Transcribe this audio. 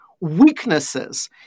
weaknesses